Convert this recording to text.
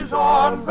on